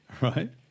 Right